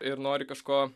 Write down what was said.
ir nori kažko